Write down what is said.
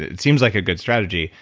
it seems like a good strategy.